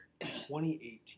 2018